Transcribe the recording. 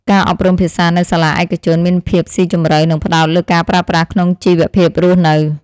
ការអប់រំភាសានៅសាលាឯកជនមានភាពស៊ីជម្រៅនិងផ្ដោតលើការប្រើប្រាស់ក្នុងជីវភាពរស់នៅ។